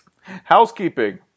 Housekeeping